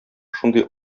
шундый